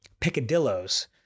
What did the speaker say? picadillos